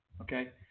Okay